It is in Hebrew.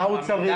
מה הוא צריך.